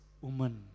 woman